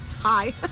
hi